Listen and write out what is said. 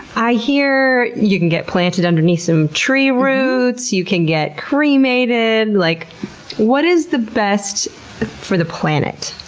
i hear you can get planted underneath some tree roots. you can get cremated. like what is the best for the planet?